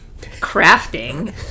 crafting